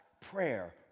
Prayer